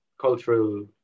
cultural